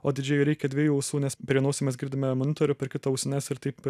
o didžėjui reikia dviejų ausų nes per vieną ausį mes girdime monitorių per kitą ausines ir taip